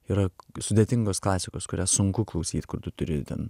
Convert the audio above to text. yra sudėtingos klasikos kurias sunku klausyt kur tu turi ten